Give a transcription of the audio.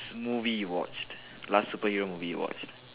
movie you watched last superhero movie you watched